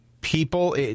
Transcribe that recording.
people